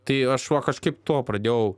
tai aš va kažkaip tuo pradėjau